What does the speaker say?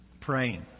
praying